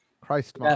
Christ